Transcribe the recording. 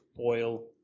oil